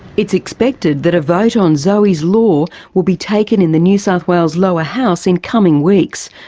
it's expected that a vote on zoe's law will be taken in the new south wales lower house in coming weeks,